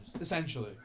Essentially